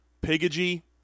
piggy